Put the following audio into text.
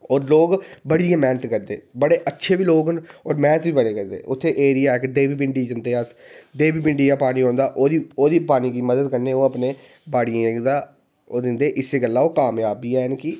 ओह् लोग बड़ी गै मैह्नत करदे बड़े अच्छे बी लोग न होर मैह्नत बी बड़ी करदे ते उत्थें एरिया इक्क देवी पिंडी जंदे अस देवी पिंडी दा पानी औंदा ओह्दी पानी दी मदद कन्नै बाड़िया पुज्जदा होर इस्सै गल्ला ओह् कामजाब बी हैन की